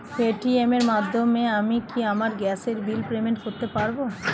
Paytm এর মাধ্যমে আমি কি আমার গ্যাসের বিল পেমেন্ট করতে পারব?